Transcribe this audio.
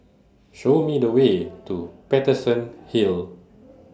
Show Me The Way to Paterson Hill